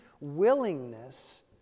willingness